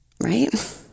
right